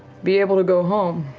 be able to go home,